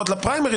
או 13א(ה),